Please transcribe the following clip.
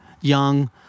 young